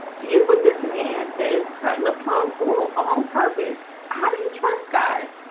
you're with this man that is cutting a plum all on purpose, how do you trust god